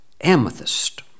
amethyst